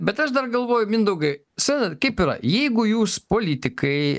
bet aš dar galvoju mindaugai suprantat kaip yra jeigu jūs politikai